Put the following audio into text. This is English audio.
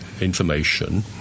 information